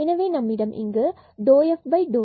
எனவே இங்கு நம்மிடம் ∂f∂x∂ϕ∂x0 உள்ளது